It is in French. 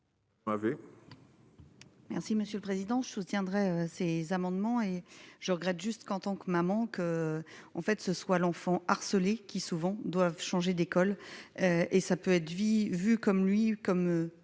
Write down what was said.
Merci monsieur le président je soutiendrai ces amendements et je regrette juste qu'en tant que maman, que, en fait, ce soit l'enfant harcelé qui souvent doivent changer d'école et ça peut être vie vu comme lui, comme